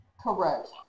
Correct